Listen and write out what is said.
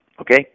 okay